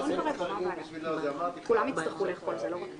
על משך הזמן וכמות ההסתייגות שאפשר לדבר עליהם.